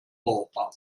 brauchbar